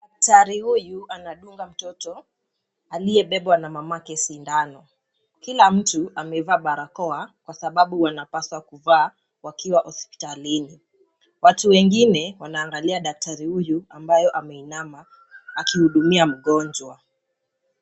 Daktari huyu anadunga mtoto aliyebebwa na mamake sindano, kila mtu amevaa barakoa kwa sababu wanapaswa kuvaa wakiwa hosipitalini, watu wengine wanaangalia daktari huyu ambayo ameinama akihudumia mgonjwa.